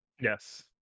Yes